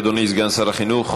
אדוני סגן שר החינוך.